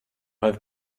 have